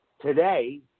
Today